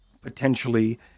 potentially